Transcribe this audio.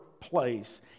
Place